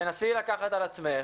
תנסי לקחת על עצמך